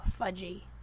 fudgy